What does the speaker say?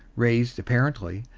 raised, apparently,